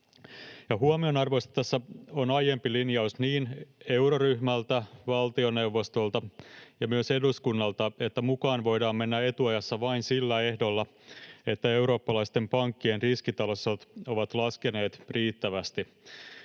huomionarvoista tässä on aiempi linjaus niin euroryhmältä, valtioneuvostolta kuin myös eduskunnalta, että mukaan voidaan mennä etuajassa vain sillä ehdolla, että eurooppalaisten pankkien riskitasot ovat laskeneet riittävästi.